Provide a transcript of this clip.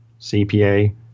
CPA